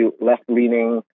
left-leaning